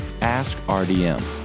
AskRDM